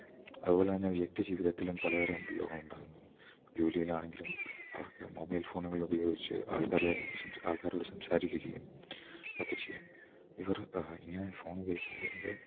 അതുപോലെ തന്നെ വ്യക്തി ജീവിതത്തിലും പലതരം ഉപയോഗങ്ങൾ ഉണ്ടാകുന്നു ജോലിയിൽ ആണെങ്കിലും അവർക്ക് മൊബൈൽ ഫോണുകൾ ഉപയോഗിച്ച് ആൾക്കാരെ ആൾക്കാരോട് സംസാരിക്കുകയും ഒക്കെ ചെയ്യും ഇവർ ഇങ്ങനെ ഫോൺ ഉപയോഗിക്കുന്നത് കൊണ്ട്